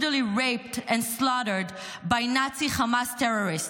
raped and slaughtered by Nazi Hamas terrorists.